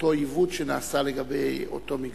אותו עיוות שנעשה לגבי אותו מגזר.